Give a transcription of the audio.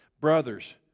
brothers